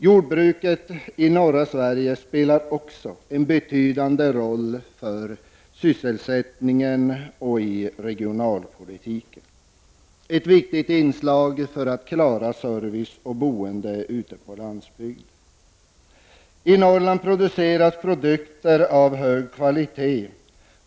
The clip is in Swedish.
Jordbruket i norra Sverige spelar också en betydande roll för sysselsättningen och i regionalpolitiken. Jordbruket är också viktigt för att klara service och boende ute på landsbygden. I Norrland produceras produkter av hög kvalitet.